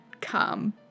come